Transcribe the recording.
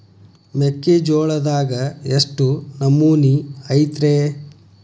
ಮೆಕ್ಕಿಜೋಳದಾಗ ಎಷ್ಟು ನಮೂನಿ ಐತ್ರೇ?